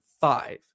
five